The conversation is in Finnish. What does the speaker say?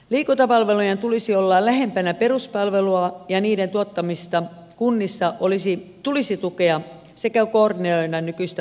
liikuntapalvelujen tulisi olla lähempänä peruspalvelua ja niiden tuottamista kunnissa tulisi tukea sekä koordinoida nykyistä vahvemmin